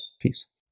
Peace